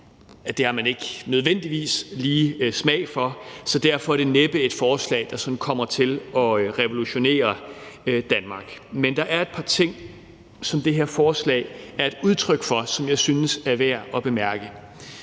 det har de ikke nødvendigvis lige smag for, så derfor er det næppe et forslag, der kommer til at revolutionere Danmark. Men der er et par ting, som det her forslag er et udtryk for, og som jeg synes er værd at bemærke.